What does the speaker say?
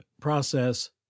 process